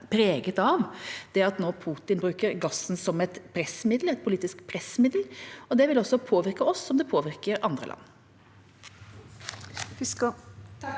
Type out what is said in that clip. være preget av at Putin nå bruker gassen som et politisk pressmiddel. Det vil påvirke oss som det påvirker andre land.